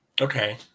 Okay